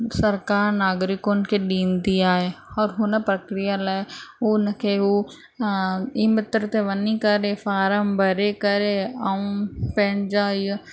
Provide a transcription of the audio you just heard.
सरकारि नागरिकुनि खे ॾींदी आहे ऐं हुन प्रक्रिया लाइ उहो हुनखे हू ई मित्र ते वञी करे फारम भरे करे ऐं पंहिंजा इहो